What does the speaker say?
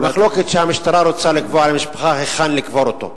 המחלוקת היא שהמשטרה רוצה לקבוע למשפחה היכן לקבור אותו.